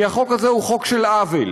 כי החוק הזה הוא חוק של עוול,